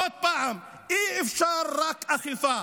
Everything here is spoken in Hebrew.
עוד פעם, אי-אפשר רק אכיפה.